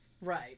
Right